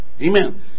Amen